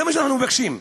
זה מה שאנחנו מבקשים.